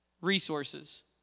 resources